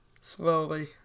Slowly